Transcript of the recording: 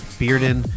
bearden